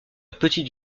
petite